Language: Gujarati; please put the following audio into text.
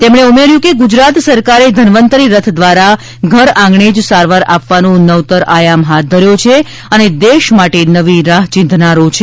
તેમણે ઉમેર્યુ કે ગુજરાત સરકારે ધન્વંતરી રથ દ્વારા ઘરઆંગણે જ સારવાર આપવાનો નવતર આયામ હાથ ધર્યો છે તે દેશ માટે નવી રાહ્ ચીંધનારો છે